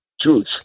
truth